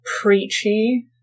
preachy